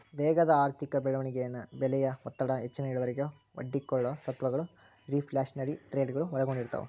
ವೇಗದ ಆರ್ಥಿಕ ಬೆಳವಣಿಗೆ ಬೆಲೆಯ ಒತ್ತಡ ಹೆಚ್ಚಿನ ಇಳುವರಿಗೆ ಒಡ್ಡಿಕೊಳ್ಳೊ ಸ್ವತ್ತಗಳು ರಿಫ್ಲ್ಯಾಶನರಿ ಟ್ರೇಡಗಳು ಒಳಗೊಂಡಿರ್ತವ